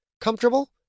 Comfortable